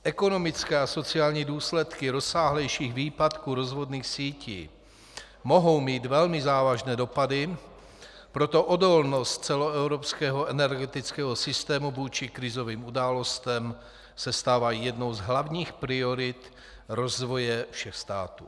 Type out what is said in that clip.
Ekonomické a sociální důsledky rozsáhlejších výpadků rozvodných sítí mohou mít velmi závažné dopady, proto odolnost celoevropského energetického systému vůči krizovým událostem se stává jednou z hlavních priorit rozvoje všech států.